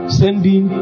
sending